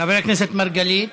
חבר הכנסת מרגלית.